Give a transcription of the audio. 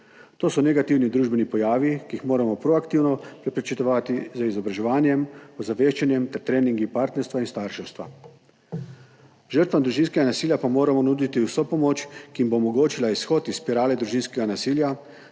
To so negativni družbeni pojavi, ki jih moramo proaktivno preprečevati z izobraževanjem, ozaveščanjem ter treningi partnerstva in starševstva, žrtvam družinskega nasilja pa moramo nuditi vso pomoč, ki jim bo omogočila izhod iz spirale družinskega nasilja,